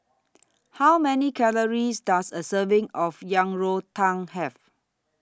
How Many Calories Does A Serving of Yang Rou Tang Have